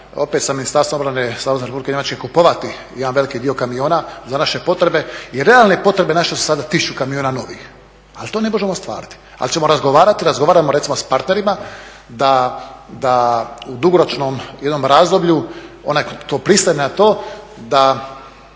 opet sa Ministarstvom obrane Savezne Republike Njemačke kupovati jedan veliki dio kamiona za naše potrebe i realne potrebe naše su sada 1000 kamiona novih, ali to ne možemo ostvariti, ali ćemo razgovarati, i razgovaramo recimo s partnerima da u dugoročnom jednom razdoblju onaj tko pristane na to da